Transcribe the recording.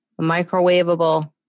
microwavable